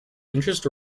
interest